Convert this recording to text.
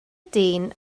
dyn